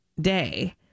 day